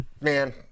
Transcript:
Man